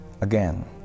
again